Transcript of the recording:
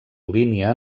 línia